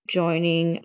joining